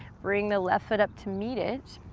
bring the left foot up to meet it.